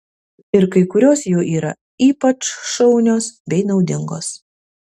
ir kai kurios jų yra ypač šaunios bei naudingos